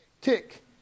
Tick